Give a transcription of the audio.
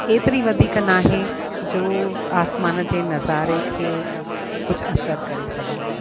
एतिरी वधीक न आहे जो आसमान जे नज़ारे खे कुझु असुर करे सघे